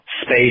space